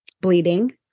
Bleeding